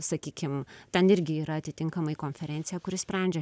sakykim ten irgi yra atitinkamai konferencija kuri sprendžia